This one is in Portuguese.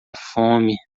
fome